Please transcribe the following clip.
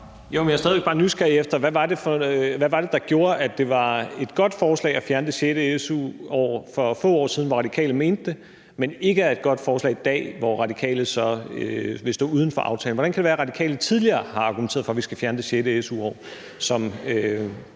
efter at høre, hvad det var, der gjorde, at det var et godt forslag at fjerne det sjette su-år for få år siden, hvor Radikale mente det, men ikke er et godt forslag i dag, hvor Radikale så vil stå uden for aftalen. Hvordan kan det være, at Radikale tidligere har argumenteret for, at vi skal fjerne det sjette su-år, som